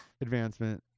advancement